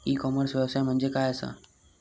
E commerce व्यवसाय म्हणजे काय असा?